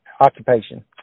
occupation